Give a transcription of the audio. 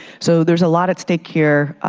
so there's a lot at stake here.